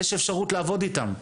יש אפשרות לעבוד איתם,